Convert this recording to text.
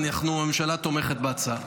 והממשלה תומכת בהצעה.